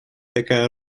такая